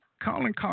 Colin